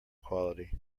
quality